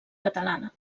catalana